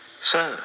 Sir